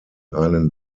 einen